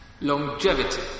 Longevity